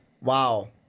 wow